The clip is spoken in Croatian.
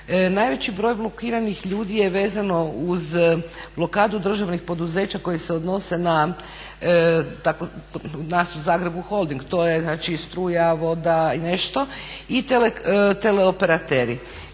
Najveći broj blokiranih ljudi je vezano uz blokadu državnih poduzeća koji se odnose kod nas u Zagrebu Holding, to je znači struja, voda i nešto i teleoperateri.